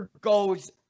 goes